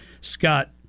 Scott